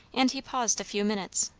and he paused a few minutes.